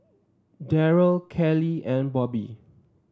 Derrell Kelly and Bobby